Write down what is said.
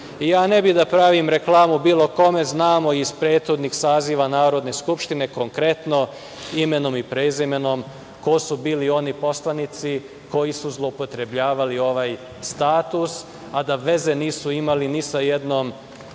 Ne bih da pravim reklamu bilo kome znamo iz prethodnih saziva Narodne skupštine, konkretno imenom i prezimenom, ko su bili oni poslanici, koji su zloupotrebljavali ovaj status, a da veze nisu imali ni sa jednom